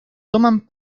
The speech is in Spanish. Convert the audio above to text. toman